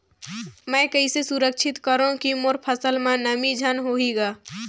मैं कइसे सुरक्षित करो की मोर फसल म नमी झन होही ग?